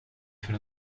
för